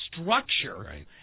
structure